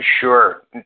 Sure